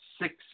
six